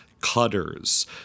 Cutters